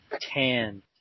Tanned